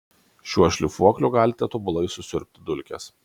šiuo šlifuokliu galite tobulai susiurbti dulkes